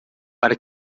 para